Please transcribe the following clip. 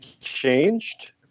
changed